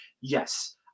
Yes